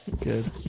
Good